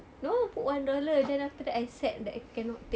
no put one dollar then after that I set that cannot take